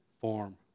form